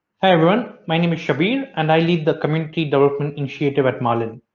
hi everyone my name is shabbir i mean and i lead the community development initiative at marlin.